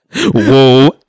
whoa